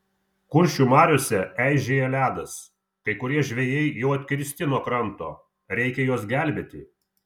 kuršių mariose eižėja ledas kai kurie žvejai jau atkirsti nuo kranto reikia juos gelbėti